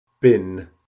Bin